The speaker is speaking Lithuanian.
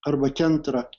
arba kentra